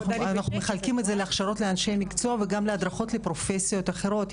אנחנו מחלקים את זה להכשרות לאנשי מקצוע וגם הדרכות לפרופסיות אחרות.